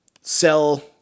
sell